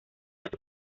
por